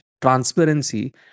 transparency